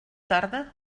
tarda